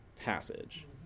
passage